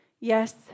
Yes